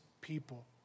people